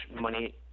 money